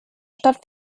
stadt